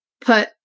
put